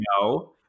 no